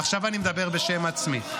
עכשיו אני מדבר בשם עצמי.